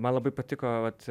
man labai patiko vat